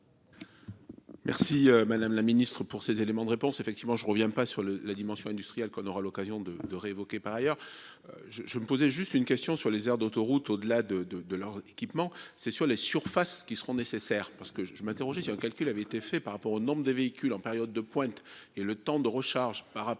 Merci, madame la Ministre pour ces éléments de réponse, effectivement je reviens pas sur le la dimension industrielle qu'on aura l'occasion de de révoquer par ailleurs. Je, je me posais juste une question sur les aires d'autoroute, au-delà de de de leur équipement. C'est sur les surfaces qui seront nécessaires parce que je m'interroger sur le calcul avait été fait par rapport au nombre des véhicules en période de pointe et le temps de recharge par rapport au